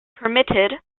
permeated